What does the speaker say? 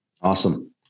Awesome